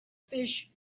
fish